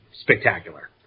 spectacular